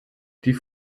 die